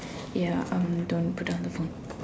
ya okay don't put down the phone